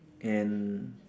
and